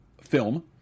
film